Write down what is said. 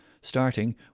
starting